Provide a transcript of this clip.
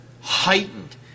heightened